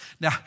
Now